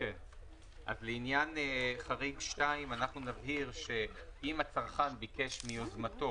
אז לעניין חריג 2 אנחנו נבהיר שאם הצרכן ביקש מיוזמתו,